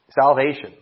salvation